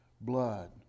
blood